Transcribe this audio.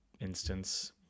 instance